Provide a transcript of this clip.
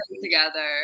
together